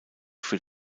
für